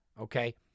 okay